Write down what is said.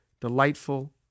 delightful